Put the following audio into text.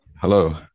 Hello